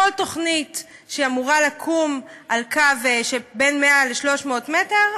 כל תוכנית שאמורה לקום בין 100 ל-300 מטר,